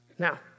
Now